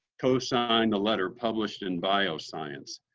cosigned a letter published in bioscience.